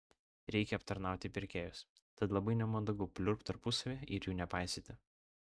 reikia aptarnauti pirkėjus tad labai nemandagu pliurpt tarpusavyje ir jų nepaisyti